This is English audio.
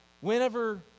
whenever